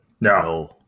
no